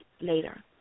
later